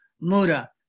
Muda